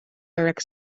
erik